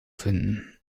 finden